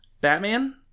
Batman